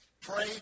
pray